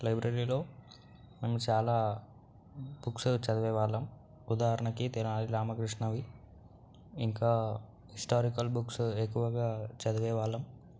లైబ్రరీలో మేము చాలా బుక్స్ చదివేవాళ్ళం ఉదాహరణకి తెనాలి రామకృష్ణ అవి ఇంకా హిస్టారికల్ బుక్స్ ఎక్కువగా చదివే వాళ్ళం